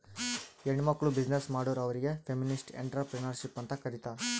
ಹೆಣ್ಮಕ್ಕುಳ್ ಬಿಸಿನ್ನೆಸ್ ಮಾಡುರ್ ಅವ್ರಿಗ ಫೆಮಿನಿಸ್ಟ್ ಎಂಟ್ರರ್ಪ್ರಿನರ್ಶಿಪ್ ಅಂತ್ ಕರೀತಾರ್